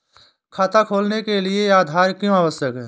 खाता खोलने के लिए आधार क्यो आवश्यक है?